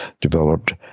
developed